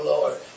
Lord